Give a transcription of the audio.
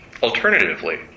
Alternatively